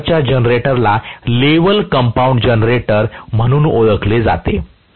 अशा प्रकारच्या जनरेटरला लेव्हल कंपाऊंड जनरेटर म्हणून ओळखले जाते